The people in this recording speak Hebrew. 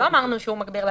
לא אמרנו שהוא מגביר לבד.